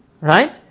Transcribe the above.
Right